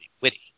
witty